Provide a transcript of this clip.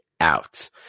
out